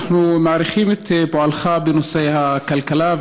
אנחנו מעריכים את פועלך בנושא הכלכלה,